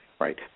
Right